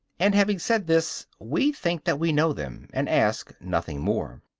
and having said this, we think that we know them, and ask nothing more.